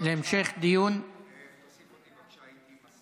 להמשך דיון, תוסיף אותי, בבקשה.